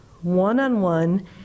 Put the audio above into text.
one-on-one